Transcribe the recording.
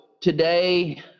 today